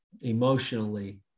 emotionally